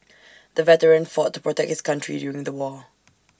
the veteran fought to protect his country during the war